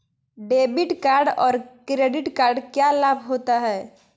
Debit card और credit card क्या लाभ होता है?